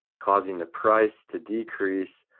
causing the price to decrease,